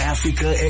Africa